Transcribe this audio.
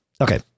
okay